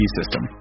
system